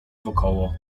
wokoło